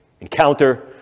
encounter